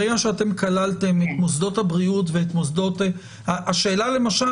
ברגע שאתם כללתם את מוסדות הבריאות ואת מוסדות השאלה למשל,